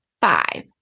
Five